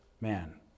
man